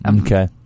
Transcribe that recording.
Okay